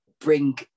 bring